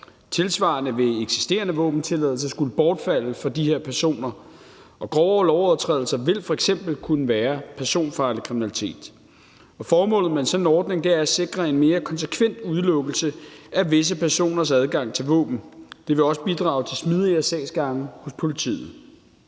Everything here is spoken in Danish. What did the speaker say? Tilsvarende vil eksisterende våbentilladelser skulle bortfalde for de her personer. Grovere lovovertrædelser vil f.eks. kunne være personfarlig kriminalitet. Formålet med en sådan ordning er at sikre en mere konsekvent udelukkelse af visse personers adgang til våben. Det vil også bidrage til smidigere sagsgange hos politiet.